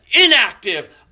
inactive